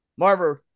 Marver